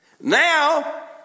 Now